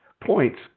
points